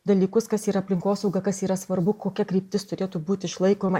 dalykus kas yra aplinkosauga kas yra svarbu kokia kryptis turėtų būt išlaikoma